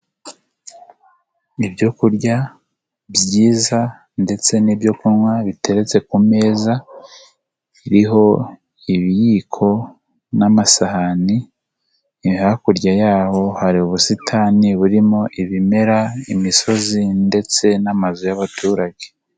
Ibyo kurya byiza ndetse n'ibyo kunywa biteretse kumeza, biriho ibiyiko n'amasahani hakurya yaho hari ubusitani burimo; ibimera, imisozi, ndetse n'amazu y'abaturage.